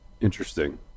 Interesting